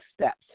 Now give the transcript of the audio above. steps